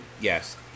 Yes